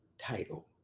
title